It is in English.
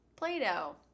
Play-Doh